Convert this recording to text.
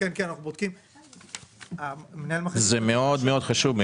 זה מאוד חשוב,